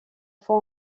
foi